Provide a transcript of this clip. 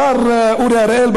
השר אורי אריאל,